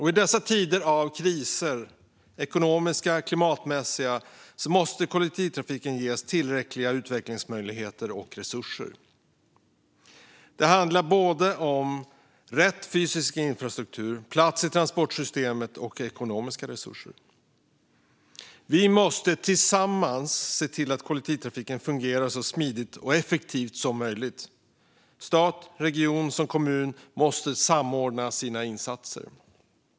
I dessa tider av kriser - ekonomiska och klimatmässiga - måste kollektivtrafiken ges tillräckliga utvecklingsmöjligheter och resurser. Det handlar om rätt fysisk infrastruktur, plats i transportsystemet och ekonomiska resurser. Vi måste tillsammans se till att kollektivtrafiken fungerar så smidigt och effektivt som möjligt. Staten, regionerna och kommunerna måste samordna sina insatser.